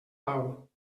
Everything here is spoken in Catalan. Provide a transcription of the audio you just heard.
pau